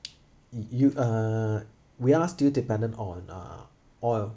you you uh we are still dependent on uh oil